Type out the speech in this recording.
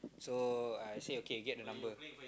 so I say okay get the number